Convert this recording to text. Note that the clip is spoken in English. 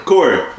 Corey